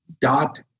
dot